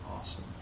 awesome